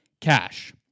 cash